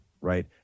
right